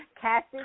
Cassie